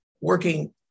working